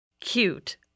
Cute